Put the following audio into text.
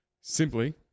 simply